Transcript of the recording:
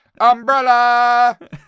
umbrella